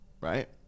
right